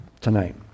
tonight